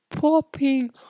popping